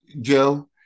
Joe